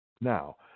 Now